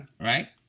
right